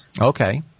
Okay